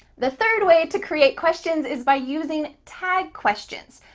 the third way to create questions is by using tag questions.